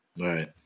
Right